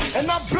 and